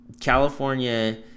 California